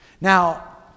Now